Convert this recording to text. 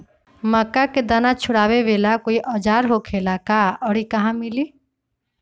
मक्का के दाना छोराबेला कोई औजार होखेला का और इ कहा मिली?